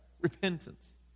repentance